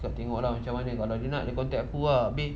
aku tengok macam mana kalau dia nak dia contact ambil